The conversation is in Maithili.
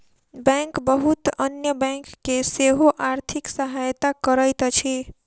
बैंक बहुत अन्य बैंक के सेहो आर्थिक सहायता करैत अछि